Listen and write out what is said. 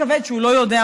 אם מוטי יוגב